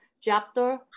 chapter